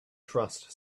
trust